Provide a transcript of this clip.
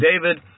David